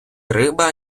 риба